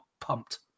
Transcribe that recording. pumped